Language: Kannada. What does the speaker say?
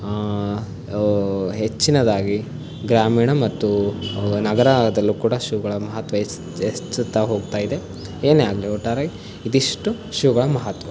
ಹೆಚ್ಚಿನದಾಗಿ ಗ್ರಾಮೀಣ ಮತ್ತು ನಗರದಲ್ಲೂ ಕೂಡ ಶೂಗಳ ಮಹತ್ವ ಹೆಚ್ಚು ಹೆಚ್ಚುತ್ತಾ ಹೋಗ್ತಾಯಿದೆ ಏನೇ ಆಗಲಿ ಒಟ್ಟಾರೆ ಇದಿಷ್ಟು ಶೂಗಳ ಮಹತ್ವ